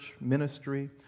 ministry